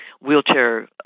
wheelchair